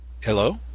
Hello